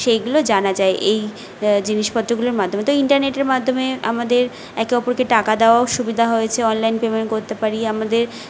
সেগুলো জানা যায় এই জিনিসপত্রগুলোর মাধ্যমে তো ইন্টারনেটের মাধ্যমে আমাদের একে অপরকে টাকা দেওয়াও সুবিধা হয়েছে অনলাইন পেমেন্ট করতে পারি আমাদের